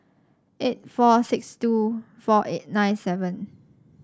eight four six two four eight nine seven